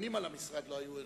הממונים על המשרד לא היו ערים.